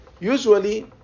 usually